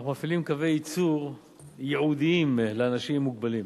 אך מפעילים קווי ייצור ייעודיים לאנשים מוגבלים.